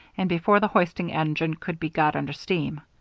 and before the hoisting engine could be got under steam.